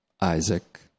Isaac